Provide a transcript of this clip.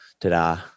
ta-da